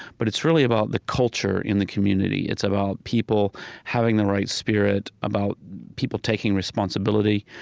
but it's really about the culture in the community. it's about people having the right spirit, about people taking responsibility.